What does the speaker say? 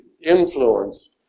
influence